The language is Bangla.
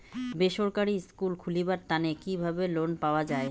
বেসরকারি স্কুল খুলিবার তানে কিভাবে লোন পাওয়া যায়?